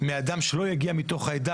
מאדם שלא יגיע מתוך העדה,